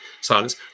silence